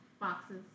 Boxes